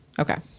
okay